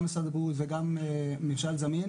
גם משרד הבריאות וגם ממשל זמין,